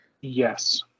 Yes